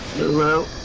below